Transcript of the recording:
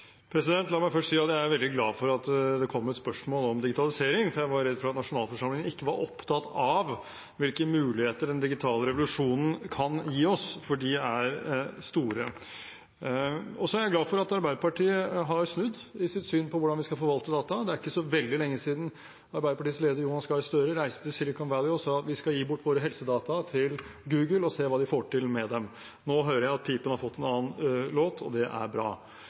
La meg først si at jeg er veldig glad for at det kom et spørsmål om digitalisering, for jeg var redd for at nasjonalforsamlingen ikke var opptatt av hvilke muligheter den digitale revolusjonen kan gi oss – for de er store. Så er jeg glad for at Arbeiderpartiet har snudd i sitt syn på hvordan vi skal forvalte data. Det er ikke så veldig lenge siden Arbeiderpartiets leder, Jonas Gahr Støre, reiste til Silicon Valley og sa at vi skal gi bort våre helsedata til Google og se hva de får til med dem. Nå hører jeg at pipen har fått en annen låt, og det er bra.